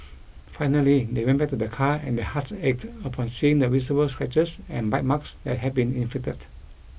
finally they went back to their car and their hearts ached upon seeing the visible scratches and bite marks that had been inflicted